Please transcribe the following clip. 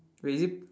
wait is it